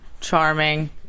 charming